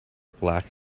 black